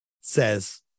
says